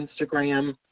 Instagram